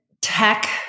tech